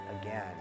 again